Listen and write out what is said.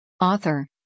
Author